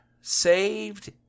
saved